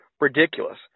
ridiculous